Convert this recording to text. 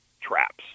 traps